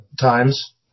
times